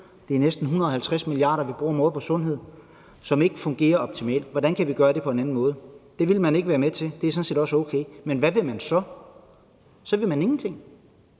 det er næsten 150 mia. kr. om året, vi bruger på sundhed, som ikke fungerer optimalt – kan gøre det på en anden måde? Det ville man ikke være med til, og det er sådan set også okay, men hvad vil man så? Så vil man ingenting,